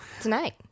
tonight